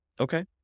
Okay